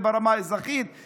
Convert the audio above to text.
הן ברמה האזרחית,